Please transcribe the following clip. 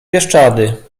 bieszczady